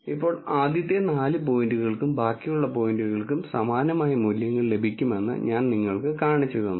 ഇപ്പോൾ ആദ്യത്തെ നാല് പോയിന്റുകൾക്കും ബാക്കിയുള്ള പോയിന്റുകൾക്കും സമാനമായ മൂല്യങ്ങൾ ലഭിക്കുമെന്ന് ഞാൻ നിങ്ങൾക്ക് കാണിച്ചുതന്നു